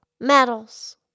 medals